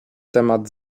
temat